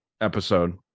episode